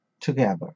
together